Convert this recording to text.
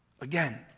again